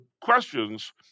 questions